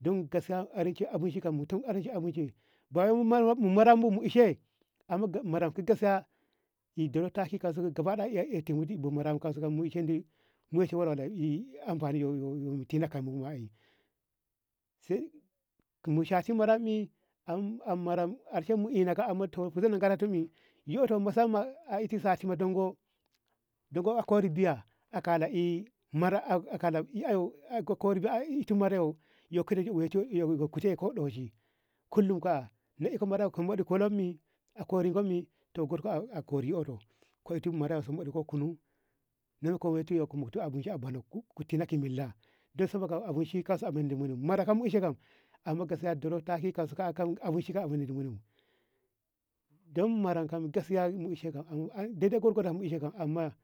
Don gasiya araki abinci ka mutum aeci abinci ba wei mara mu ishe mara mu gaskiya ey dora tayi gabadaya bo gudi bo mara kausau kamu mu ishendi mu shawara da ii kandi mu tina kamu mai amfani sai mu sha shi mara ae am mara karshemu mu ina ga amma taushenmu yi yo to musamman isase man dongo a kuri biya a kalati mara a kalati au ey yo ga kori ba ito mara ae yo kuri weiti ko ɗaushi kullum ka lai iko mara kum badi ko lami a koriko mi to a kori oddo koti mara sumbodi ko kunnum na ko waiti abinci a bono ka tinati milla dan saboda abinci kasa abindamu maraka mu ishi ka dora tasi abinci menemu bu dan mu ranka gaskiya mu isheka ey daidai gwargodo mu ishenka amma